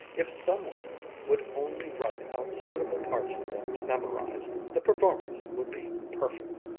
if some one would only write out suitable parts for them to memorize, the performance would be perfect!